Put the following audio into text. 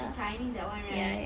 she chinese that one right